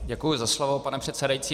Děkuji za slovo, pane předsedající.